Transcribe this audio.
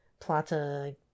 plata